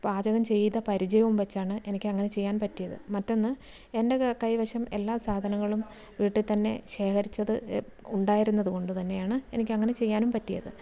പാചകം ചെയ്ത പരിചയവും വെച്ചാണ് എനിക്കങ്ങനെ ചെയ്യാൻ പറ്റിയത് മറ്റൊന്ന് എൻ്റെ കൈവശം എല്ലാ സാധനങ്ങലും വീട്ടിൽ തന്നെ ശേഖരിച്ചത് ഉണ്ടായിരുന്നത് കൊണ്ട് തന്നെയാണ് എനിക്കങ്ങനെ ചെയ്യാനും പറ്റിയത്